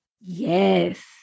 Yes